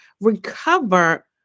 recover